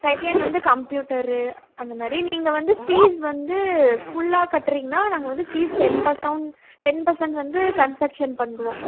second வந்து computer அந்த மாதிரி நீங்கள் வந்து ஃபீஸ் வந்து ஃபுல்லாக கட்டுறிங்னா நாங்கள் வந்து fees ten percent ten percent வந்து கன்ஸேக்ஷன் பண்ணுவோம்